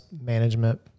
management